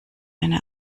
eine